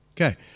Okay